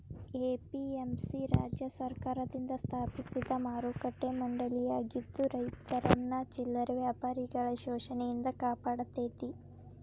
APMC ರಾಜ್ಯ ಸರ್ಕಾರದಿಂದ ಸ್ಥಾಪಿಸಿದ ಮಾರುಕಟ್ಟೆ ಮಂಡಳಿಯಾಗಿದ್ದು ರೈತರನ್ನ ಚಿಲ್ಲರೆ ವ್ಯಾಪಾರಿಗಳ ಶೋಷಣೆಯಿಂದ ಕಾಪಾಡತೇತಿ